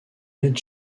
aide